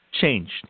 changed